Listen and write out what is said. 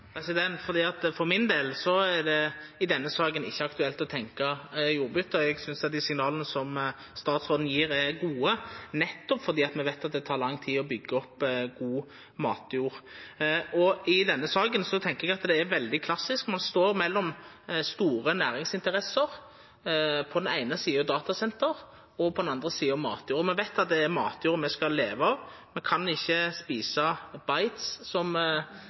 For min del er det i denne saka ikkje aktuelt å tenkja jordbyte. Eg synest dei signala som statsråden gjev, er gode nettopp fordi me veit at det tek lang tid å byggja opp god matjord. Denne saka tenkjer eg er veldig klassisk. Ein står mellom store næringsinteresser – på den eine sida datasenter og på den andre sida matjord. Me veit at det er matjorda me skal leva av. Me kan ikkje eta «bytes», som